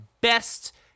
best